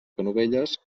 canovelles